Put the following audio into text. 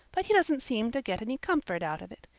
but he doesn't seem to get any comfort out of it.